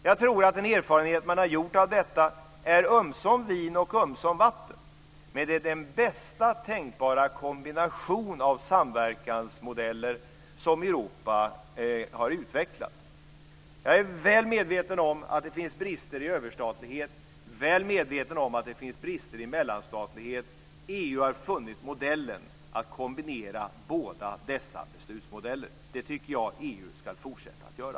Jag tror att den erfarenhet som man har gjort av detta är ömsom vin, ömsom vatten, men det är den bästa tänkbara kombination av samverkansmodeller som Europa har utvecklat. Jag är väl medveten om att det finns brister i överstatlighet, väl medveten om att det finns brister i mellanstatlighet. EU har funnit modellen att kombinera båda dessa beslutsmodeller. Det tycker jag att EU ska fortsätta att göra.